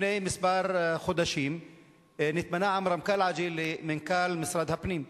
לפני כמה חודשים נתמנה עמרם קלעג'י למנכ"ל משרד הפנים,